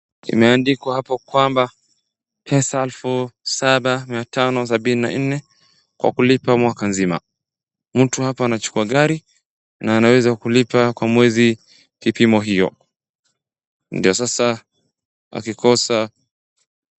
Imeandikwa hapo kwamba, pesa elfu saba, mia tano sabini na nne, kwa kulipa mwaka mzima. Mtu hapa anachukua gari, na anaweza kulipa kwa mwezi, kipimo hiyo. Ndio sasa akikosa.